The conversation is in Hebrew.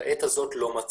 אבל בעת הזאת לא מצאתי.